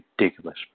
ridiculous